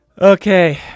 Okay